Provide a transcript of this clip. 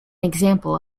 example